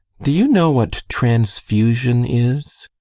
do you know what transfusion is?